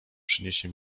przyniesie